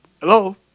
Hello